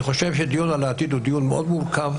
אני חושב שדיון על העתיד הוא דיון מאוד מורכב.